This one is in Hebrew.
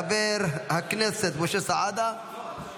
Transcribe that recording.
חברת הכנסת פנינה תמנו שטה,